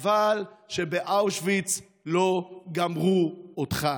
חבל שבאושוויץ לא גמרו אותך.